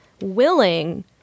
willing